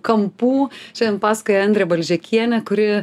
kampų šian pasakoja andrė balžekienė kuri